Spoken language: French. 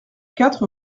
quatre